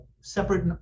separate